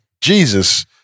Jesus